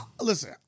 listen